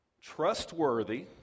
trustworthy